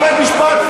ובית-משפט,